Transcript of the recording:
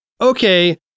Okay